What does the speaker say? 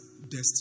destiny